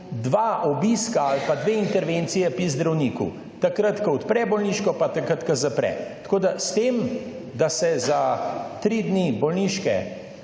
dva obiska ali pa dve intervenciji pri zdravniku. Takrat, ko odpre bolniško, pa takrat ko zapre. Tako, da s tem, da se za tri dni bolniške